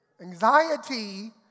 Anxiety